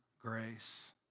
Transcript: grace